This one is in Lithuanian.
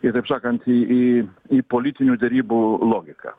į taip sakant į į į politinių derybų logiką